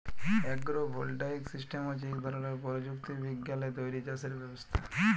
agro voltaic system হছে ইক ধরলের পরযুক্তি বিজ্ঞালে তৈরি চাষের ব্যবস্থা